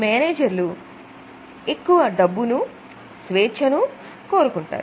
మేనేజర్లు ఎక్కువ డబ్బును స్వేచ్ఛనూ కోరుకుంటారు